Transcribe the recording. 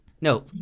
no